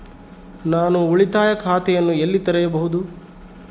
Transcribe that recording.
ನಾನು ಉಳಿತಾಯ ಖಾತೆಯನ್ನು ಎಲ್ಲಿ ತೆರೆಯಬಹುದು?